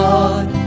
God